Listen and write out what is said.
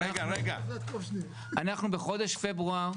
אנחנו בחודש פברואר,